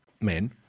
men